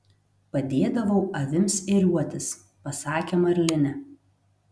padėdavau avims ėriuotis pasakė marlinė